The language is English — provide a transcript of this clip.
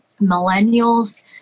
millennials